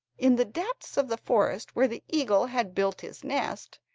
in the depths of the forest where the eagle had built his nest,